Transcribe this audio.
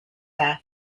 death